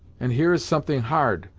and here is something hard,